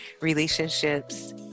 relationships